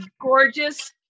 gorgeous